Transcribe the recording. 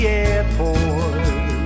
airport